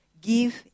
give